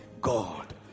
God